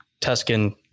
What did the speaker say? Tuscan